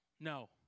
no